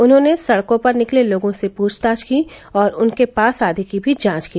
उन्होंने सड़कों पर निकले लोगों से पूछताछ की और उनके पास आदि की भी जांच की